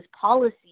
policy